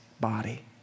body